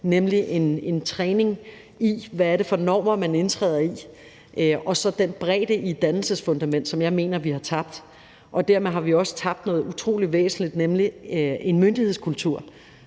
nemlig en træning i, hvad det er for normer, man indtræder i, og så den bredde i et dannelsesfundament, som jeg mener at vi har tabt, og dermed har vi også tabt noget utrolig væsentligt, nemlig en myndighedskultur,